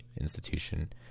institution